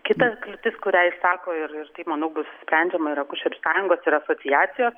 kita kliūtis kurią išsako ir ir tai manau bus sprendžiama ir akušerių sąjungos ir asociacijos